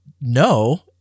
no